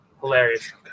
hilarious